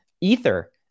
Ether